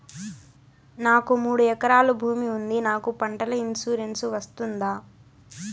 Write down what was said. నాకు మూడు ఎకరాలు భూమి ఉంది నాకు పంటల ఇన్సూరెన్సు వస్తుందా?